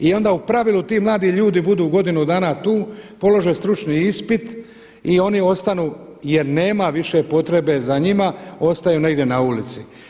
I onda u pravilu ti mladi ljudi budu godinu dana tu, polože stručni ispit i oni ostanu jer nema više potrebe za njima, ostaju negdje na ulici.